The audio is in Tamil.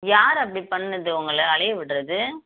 யார் அப்படி பண்ணது உங்கள அலைய விடுறது